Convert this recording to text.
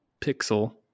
pixel